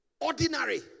Ordinary